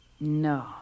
No